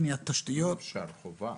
לא אפשר חובה.